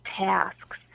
tasks